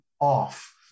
off